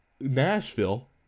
Nashville